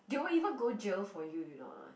they will even go jail for you you know or not